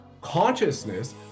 consciousness